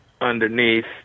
underneath